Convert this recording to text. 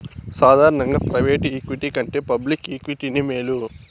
సాదారనంగా private equity కంటే public ఈక్విటీనే మేలు